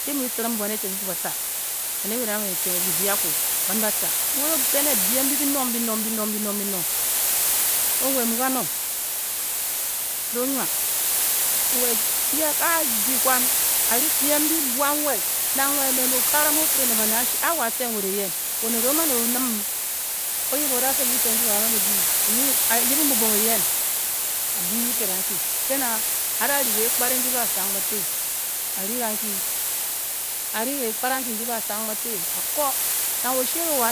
Nki ge bi mu bi tiring buan eten bí fuú bǎ-tca Baned mbe m daa-man etce bi bii akwu-buam ba-tca nwed o-bé nè biem binong-bining binong-binong, nwed muu ga nong, nwed o-nwa nwed ge abii kwan a-ri biem mbi buan nwed-Nang okagara muu o-fire ne ba ned ashii a a wo atce nwed e-yen oned o-man o enim, oyib o o-da fe ke kiked nkí wo a-man e-bii a-yibing bubung eyen a-bii ke kid akyi-ke nǎ a-da ri keh kpare nkí ba a sang bàtè, a-ri kankí arǐ keh kpare anki di ba a sang bátè a-ko nang oshie ge wo